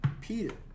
Peter